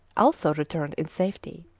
also returned in safety.